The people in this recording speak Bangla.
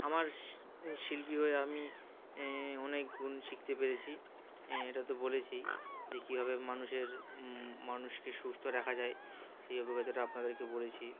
আমার শি শিল্পী হয়ে আমি অনেক গুণ শিখতে পেরেছি এটা তো বলেছি যে কীভাবে মানুষের মানুষকে সুস্থ রাখা যায় সেই অভিজ্ঞতাটা আপনাদেরকে বলেছি